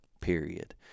period